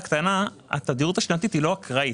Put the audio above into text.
התדירות השנתית לא אקראית.